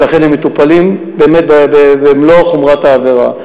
ולכן, הם מטופלים במלוא חומרת העבירה.